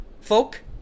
folk